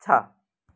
छ